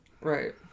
Right